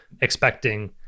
expecting